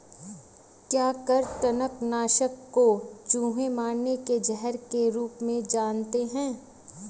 क्या कृतंक नाशक को चूहे मारने के जहर के रूप में जानते हैं?